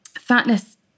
fatness